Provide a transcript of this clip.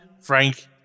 Frank